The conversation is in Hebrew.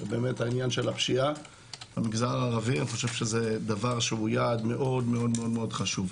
העניין של השפיעה במגזר הערבי, זה יעד מאוד חשוב.